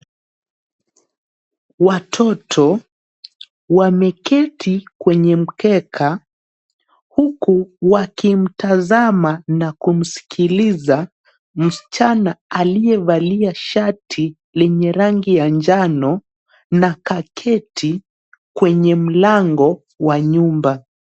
Watoto, wameketi kwenye mkeka, huku wakimtazama na kumsikiliza msichana aliyevalia shati lenye rangi ya njano na kaketi kwenye mlango wa nyumba.